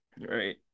Right